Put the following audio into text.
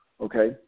Okay